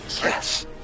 Yes